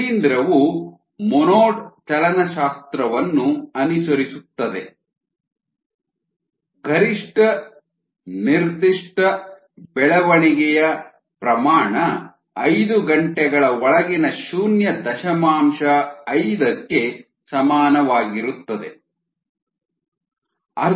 ಶಿಲೀಂಧ್ರವು ಮೊನೊಡ್ ಚಲನಶಾಸ್ತ್ರವನ್ನು ಅನುಸರಿಸುತ್ತದೆ ಗರಿಷ್ಠ ನಿರ್ದಿಷ್ಟ ಬೆಳವಣಿಗೆಯ ಪ್ರಮಾಣ ಐದು ಗಂಟೆಗಳ ಒಳಗಿನ ಶೂನ್ಯ ದಶಮಾಂಶ ಐದಕ್ಕೆ ಸಮಾನವಾಗಿರುತ್ತದೆ